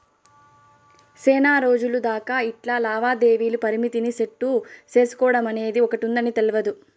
సేనారోజులు దాకా ఇట్లా లావాదేవీల పరిమితిని సెట్టు సేసుకోడమనేది ఒకటుందని తెల్వదు